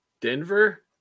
Denver